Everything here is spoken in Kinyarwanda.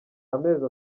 amezi